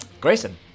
Grayson